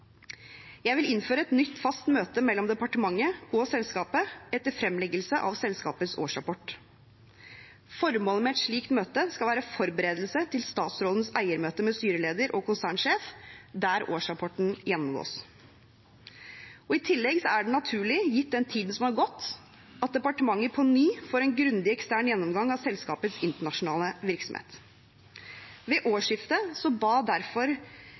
Jeg vil innføre et nytt fast møte mellom departementet og selskapet etter fremleggelse av selskapets årsrapport. Formålet med et slikt møte skal være forberedelse til statsrådens eiermøte med styreleder og konsernsjef der årsrapporten gjennomgås. I tillegg er det naturlig, gitt tiden som har gått, at departementet på ny får en grundig ekstern gjennomgang av selskapets internasjonale virksomhet. Ved årsskiftet ba departementet derfor